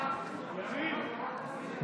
אנחנו נעבור להצבעה.